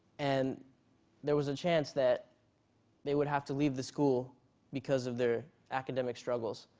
and there was a chance that they would have to leave the school because of their academic struggles.